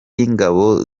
y’ingabo